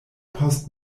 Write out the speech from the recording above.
post